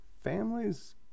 families